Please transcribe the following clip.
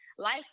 life